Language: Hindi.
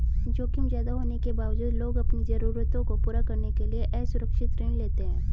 जोखिम ज्यादा होने के बावजूद लोग अपनी जरूरतों को पूरा करने के लिए असुरक्षित ऋण लेते हैं